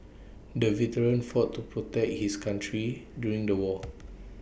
the veteran fought to protect his country during the war